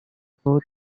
both